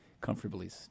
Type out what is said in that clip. comfortably